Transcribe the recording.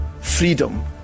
freedom